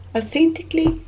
Authentically